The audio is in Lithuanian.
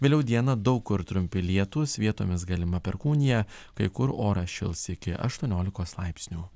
vėliau dieną daug kur trumpi lietūs vietomis galima perkūnija kai kur oras šils iki aštuoniolikos laipsnių